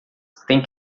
tem